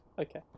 okay